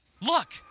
look